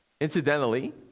incidentally